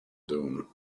dune